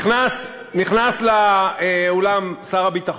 נכנס לאולם שר הביטחון.